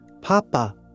Papa